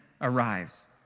arrives